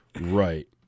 Right